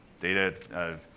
data